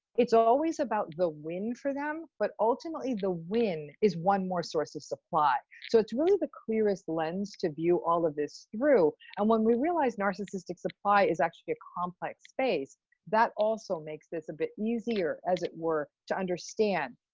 it's always about the win for them. but ultimately the win is one more source of supply. so it's really the clearest lens to view all of this through. and when we realize narcissistic supply is actually a complex space that also makes this a bit easier as it were to understand.